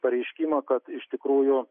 pareiškimą kad iš tikrųjų